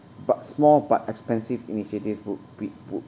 but small but expensive initiatives wo~ be wo~